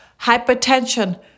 hypertension